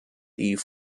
die